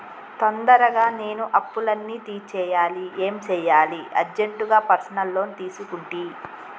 తొందరగా నేను అప్పులన్నీ తీర్చేయాలి ఏం సెయ్యాలి అర్జెంటుగా పర్సనల్ లోన్ తీసుకుంటి